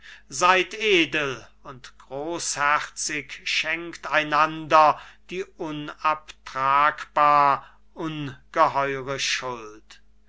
seid edel und großherzig schenkt einander die